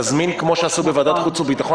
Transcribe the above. תזמין כמו שעשו בוועדת החוץ והביטחון,